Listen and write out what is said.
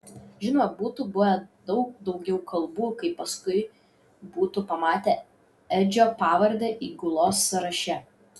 žinoma būtų buvę daug daugiau kalbų kai paskui būtų pamatę edžio pavardę įgulos sąraše